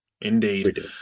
Indeed